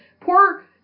Poor